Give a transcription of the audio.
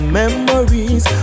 memories